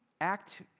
act